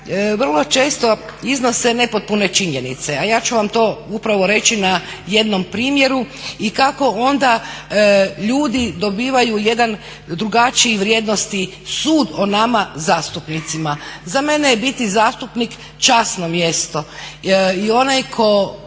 vrlo često iznose nepotpune činjenice, a ja ću vam to upravo reći na jednom primjeru i kako onda ljudi dobivaju jedan drugačiji vrijednosni sud o nama zastupnicama. Za mene je biti zastupnik časno mjesto i onaj tko